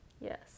yes